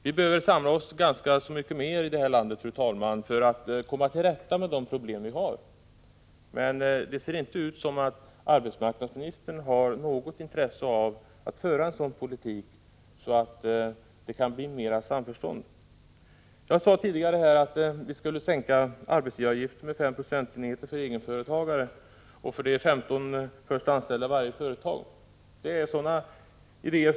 Vi behöver samla oss för att komma till rätta med de problem vi har. Men det ser inte ut som om arbetsmarknadsministern har något intresse av att föra en sådan politik att det kan bli större samförstånd. Jag sade tidigare att vi borde sänka arbetsgivaravgiften med 5 procentenheter för egenföretagare och för de 15 först anställda i varje företag. Det är en av våra idéer.